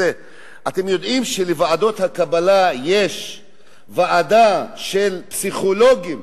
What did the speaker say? אתם יודעים שלוועדות הקבלה יש ועדה של פסיכולוגים,